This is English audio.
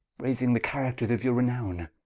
racing the charracters of your renowne,